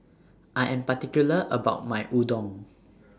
I Am particular about My Udon